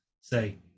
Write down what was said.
say